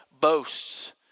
boasts